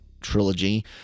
trilogy